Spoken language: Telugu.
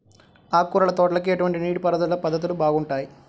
ఆకుకూరల తోటలకి ఎటువంటి నీటిపారుదల పద్ధతులు బాగుంటాయ్?